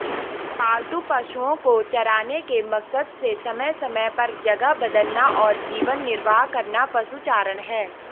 पालतू पशुओ को चराने के मकसद से समय समय पर जगह बदलना और जीवन निर्वाह करना पशुचारण है